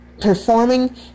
performing